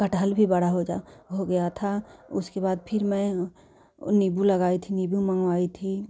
कटहल भी बड़ा हो जा हो गया था उसके बाद फ़िर मैं नींबू लगाई थी नींबू मंगवाई थी